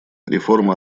реформа